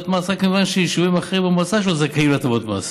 מס רק מכיוון שיישובים אחרים במועצה שלו זכאים להטבות מס,